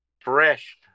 fresh